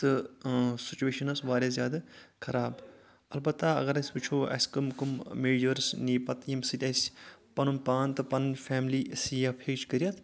تہٕ سُچویشَن ٲس واریاہ زیادٕ خراب البتہ اگر أسۍ وٕچھو اَسہِ کٕم کٕم میجٲرٕس نی پَتہٕ ییٚمہِ سۭتۍ اَسہِ پَنُن پان تہٕ پَنٕنۍ فیملی سیف ہیٚچھ کٔرِتھ